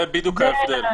זה בדיוק ההבדל,